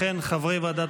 חברי ועדת